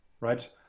right